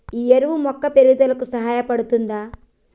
ఈ ఎరువు మొక్క పెరుగుదలకు సహాయపడుతదా?